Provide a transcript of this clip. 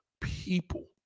people